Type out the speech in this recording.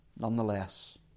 nonetheless